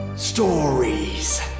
Stories